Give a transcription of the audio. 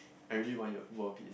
I really want your world peace